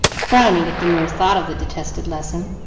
frowning at the mere thought of the detested lesson.